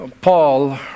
Paul